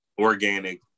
organic